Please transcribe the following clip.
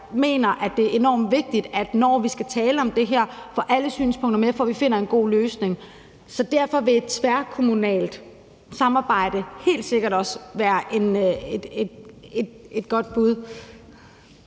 mener, at det er enormt vigtigt, at vi, når vi skal tale om det her, får alle synspunkter med, så vi finder en god løsning. Derfor vil et tværkommunalt samarbejde helt sikkert også være et godt bud.